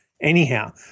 anyhow